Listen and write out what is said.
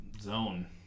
zone